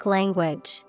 Language